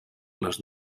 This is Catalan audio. les